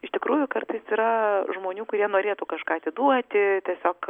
iš tikrųjų kartais yra žmonių kurie norėtų kažką atiduoti tiesiog